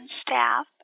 staff